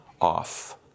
off